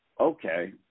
okay